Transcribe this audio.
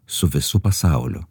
su visu pasauliu